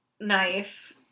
knife